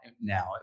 now